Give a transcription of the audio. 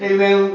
Amen